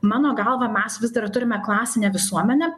mano galva mes vis dar turime klasinę visuomenę